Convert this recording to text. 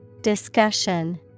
Discussion